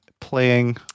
playing